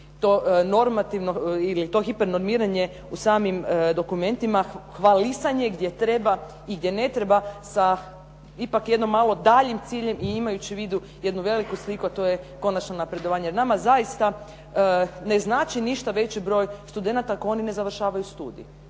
to normativno ili to hipernormiranje u samim dokumentima, hvalisanje gdje treba i gdje ne treba sa ipak jedno malo daljim ciljem i imajući u vidu jednu veliku sliku, a to je konačno napredovanje. Jer nama zaista ne znači ništa veći broj studenata ako oni ne završavaju studij